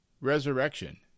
resurrection